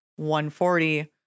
140